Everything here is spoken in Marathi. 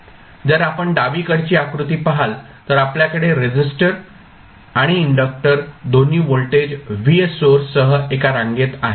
जर आपण डावीकडची आकृती पहाल तर आपल्याकडे रेसिस्टर आणि इंडक्टर दोन्ही व्होल्टेज Vs सोर्स सह एका रांगेत आहेत